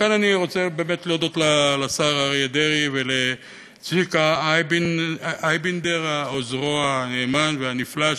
לכן אני רוצה באמת להודות לשר אריה דרעי ולצביקה עוזרו הנאמן והנפלא,